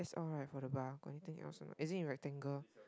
it's alright for the bar got anything else a not it is in rectangle